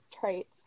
traits